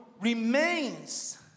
remains